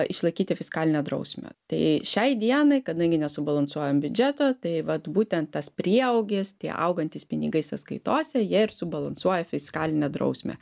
išlaikyti fiskalinę drausmę tai šiai dienai kadangi nesubalansuojam biudžeto tai vat būtent tas prieaugis tie augantys pinigai sąskaitose jie ir subalansuoja fiskalinę drausmę